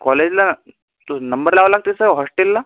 कॉलेजला तो नंबर लावावा लागते सर हॉस्टेलला